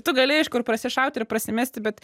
tu gali aišku ir prasišaut ir prasimesti bet